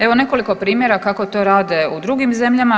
Evo nekoliko primjera kako to rade u drugim zemljama.